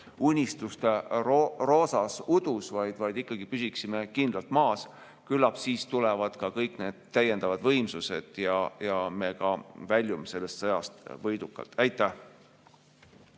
unistuste roosas udus, vaid püsiksime kindlalt maas. Küllap siis tulevad ka kõik need täiendavad võimsused ja me väljume sellest sõjast võidukalt. Aitäh!